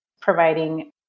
providing